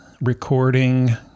recording